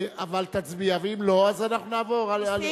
אבל תצביע, ואם לא אז אנחנו נעבור הלאה.